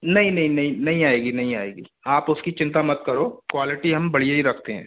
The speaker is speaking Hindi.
नहीं नहीं नहीं नहीं आएगी नहीं आएगी आप उसकी चिंता मत करो क्वालिटी हम बढ़िया ही रखते हैं